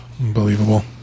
Unbelievable